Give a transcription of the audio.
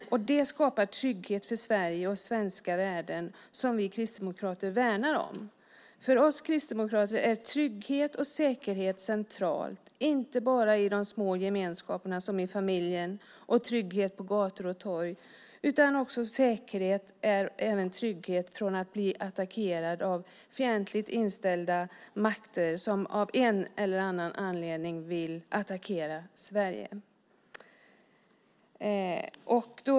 Det skapar trygghet för Sverige och svenska värden som vi kristdemokrater värnar. För oss kristdemokrater är trygghet och säkerhet centralt. Det gäller inte bara i de små gemenskaperna som i familjen och trygghet på gator och torg utan också säkerhet och trygghet när det gäller att inte bli attackerad av fientligt inställda makter som av en eller annan anledning vill attackera Sverige.